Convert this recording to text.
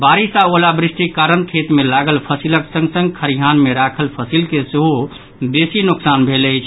बारिश आ ओलावृष्टिक कारण खेत मे लागल फसिलक संग संग खरिहान मे राखल फसिल के सेहो बेसी नोकसान भेल अछि